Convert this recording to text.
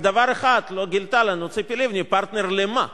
רק דבר אחד לא גילתה לנו ציפי לבני, פרטנר לְמה?